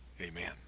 amen